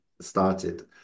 started